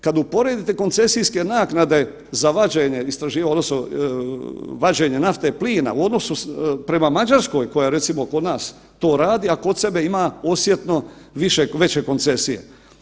Kad uporedite koncesijske naknade za vađenje odnosno vađenje nafte i plina u odnosu prema Mađarskoj koja recimo kod nas to radi, a kod sebe ima osjetno veće koncesije.